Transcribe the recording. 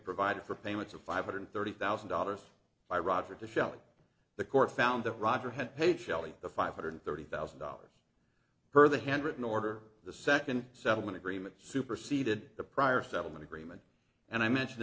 provided for payments of five hundred thirty thousand dollars by roger to shelley the court found that roger had paid shelley the five hundred thirty thousand dollars per the handwritten order the second settlement agreement superseded the prior settlement agreement and i mention